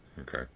Okay